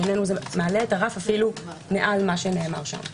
בעינינו מעלה את הרף אפילו מעל מה שנאמר שם.